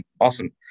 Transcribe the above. awesome